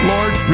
Lord